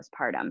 postpartum